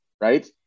right